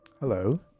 Hello